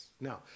Now